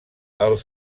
els